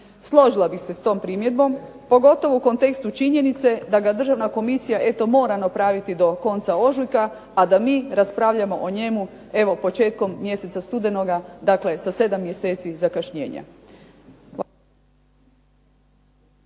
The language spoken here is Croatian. Složila bih se s tom primjedbom pogotovo u kontekstu činjenice da ga državna komisija eto mora napraviti do konca ožujka, a da mi raspravljamo o njemu evo početkom mjeseca studenoga dakle sa 7 mjeseci zakašnjenja.